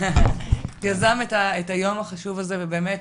יזם את היום החשוב הזה ובאמת